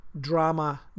drama